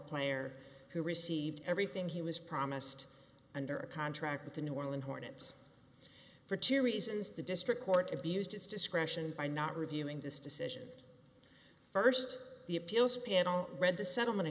player who received everything he was promised under a contract with the new orleans hornets for two reasons the district court abused its discretion by not reviewing this decision first the appeals panel read the settlement